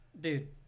dude